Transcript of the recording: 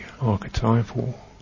archetypal